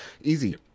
Easy